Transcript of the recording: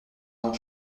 grand